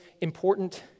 important